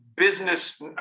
business